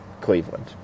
Cleveland